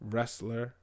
Wrestler